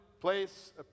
place